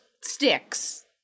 sticks